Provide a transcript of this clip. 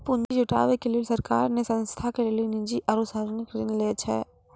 पुन्जी जुटावे के लेली सरकार ने संस्था के लेली निजी आरू सर्वजनिक ऋण लै छै